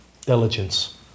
diligence